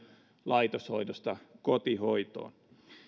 laitoshoidosta kotihoitoon